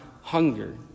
hunger